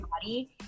body